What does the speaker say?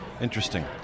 Interesting